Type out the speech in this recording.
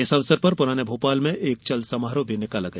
इस अवसर पर पुराने भोपाल में चल समारोह निकाला गया